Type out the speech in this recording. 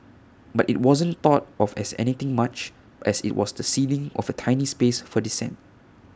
but IT wasn't thought of as anything much as IT was the ceding of A tiny space for dissent